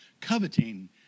coveting